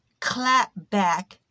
clapback